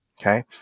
okay